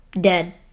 Dead